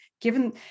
given